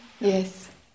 Yes